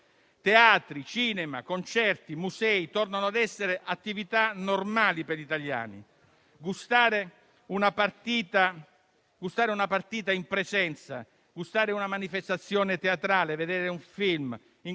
Teatri, cinema, concerti e musei tornano ad essere attività normali per gli italiani: gustare una partita in presenza o una manifestazione teatrale e vedere un film